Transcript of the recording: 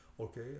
okay